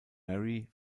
mary